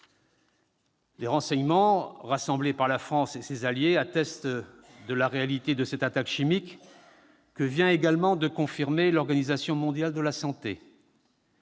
Les renseignements rassemblés par la France et ses alliés attestent de la réalité de cette attaque chimique, que vient également de confirmer l'Organisation mondiale de la santé.